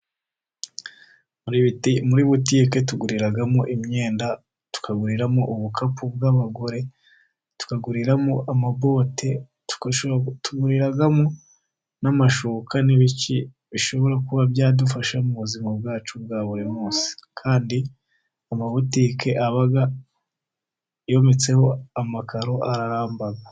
Muri butike tuguriramo imyenda, tukaguriramo ubukapu bw'abagore, tukaguriramo amabote, tuguriramo n'amashuka, n'ibiki bishobora kuba byadufasha mu buzima bwacu bwa buri munsi. Kandi amabutike aba yometseho amakaro aramba.